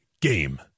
game